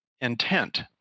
intent